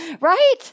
Right